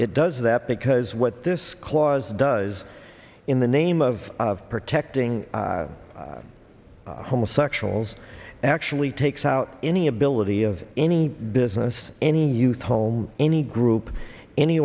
it does that because what this clause does in the name of protecting homosexuals actually takes out any ability of any business any youth home any group any